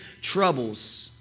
troubles